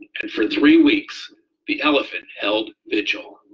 and for three weeks the elephant held vigil.